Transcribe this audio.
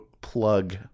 plug